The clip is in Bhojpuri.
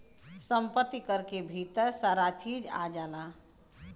सम्पति कर के भीतर सारा चीज आ जाला